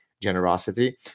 generosity